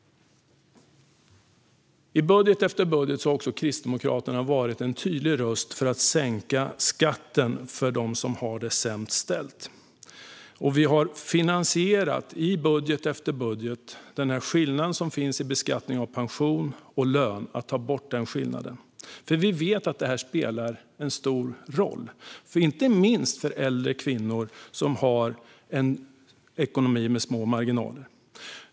I budget efter budget har Kristdemokraterna varit en tydlig röst för att sänka skatten för dem som har det sämst ställt. Vi har i budget efter budget finansierat ett borttagande av den skillnad som finns i beskattning mellan pension och lön. Vi vet nämligen att det spelar en stor roll, inte minst för äldre kvinnor som har en ekonomi med små marginaler.